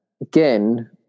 Again